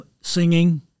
singing